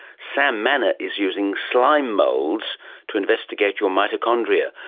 sam manna is using slime moulds to investigate your mitochondria,